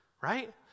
right